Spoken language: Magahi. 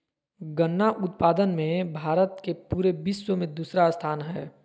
गन्ना उत्पादन मे भारत के पूरे विश्व मे दूसरा स्थान हय